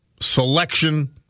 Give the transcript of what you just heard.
selection